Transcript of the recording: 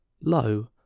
low